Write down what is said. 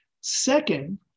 Second